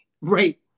Right